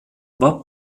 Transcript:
war